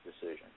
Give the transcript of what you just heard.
decision